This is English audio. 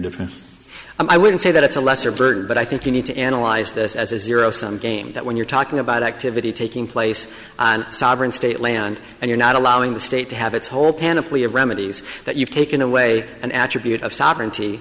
different i wouldn't say that it's a lesser bird but i think you need to analyze this as a zero sum game that when you're talking about activity taking place on sovereign state land and you're not allowing the state to have its whole panoply of remedies that you've taken away an attribute of sovereignty